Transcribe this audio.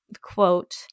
quote